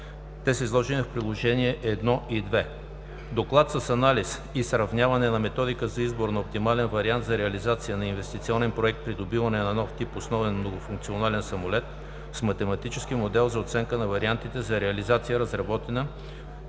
Те са изложени в Приложения 1 и 2; - доклад с анализ и сравняване на „Методика за избор на оптимален вариант за реализация на инвестиционен проект „Придобиване на нов тип основен многофункционален самолет“ с математически модел за оценка на вариантите за реализация, разработена